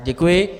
Děkuji.